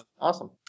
awesome